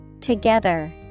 Together